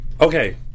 Okay